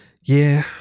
Yeah